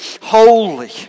holy